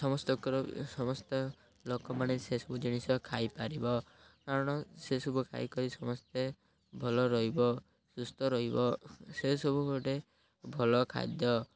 ସମସ୍ତଙ୍କର ସମସ୍ତ ଲୋକମାନେ ସେସବୁ ଜିନିଷ ଖାଇପାରିବ କାରଣ ସେସବୁ ଖାଇକରି ସମସ୍ତେ ଭଲ ରହିବ ସୁସ୍ଥ ରହିବ ସେସବୁ ଗୋଟେ ଭଲ ଖାଦ୍ୟ